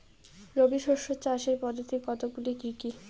রবি শস্য চাষের পদ্ধতি কতগুলি কি কি?